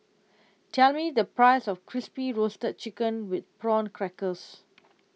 tell me the price of Crispy Roasted Chicken with Prawn Crackers